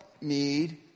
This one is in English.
need